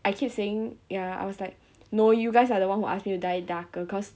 I keep saying ya I was like no you guys are the one who ask me to dye darker cause